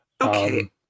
Okay